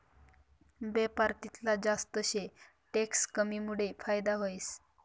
बेपार तितला जास्त शे टैक्स कमीमुडे फायदा व्हस